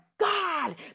God